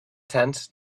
tenth